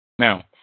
Now